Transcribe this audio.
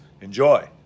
Enjoy